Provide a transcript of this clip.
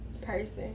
person